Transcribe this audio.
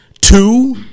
two